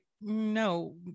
no